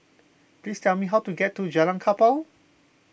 please tell me how to get to Jalan Kapal